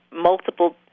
multiple